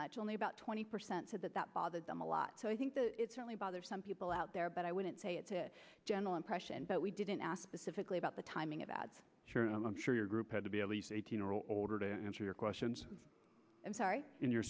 much only about twenty percent said that that bothered them a lot so i think that it's only bother some people out there but i wouldn't say it to general impression but we didn't ask specifically about the timing of ads and i'm sure your group had to be at least eighteen or older to answer your questions i'm sorry in your